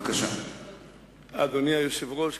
אדוני היושב-ראש,